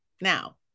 now